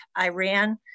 Iran